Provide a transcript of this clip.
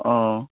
অঁ